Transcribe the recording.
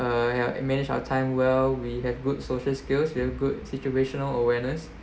uh we have manage our time well we have good social skills we have good situational awareness